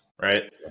Right